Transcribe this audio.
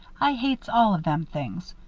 i hates all of them things.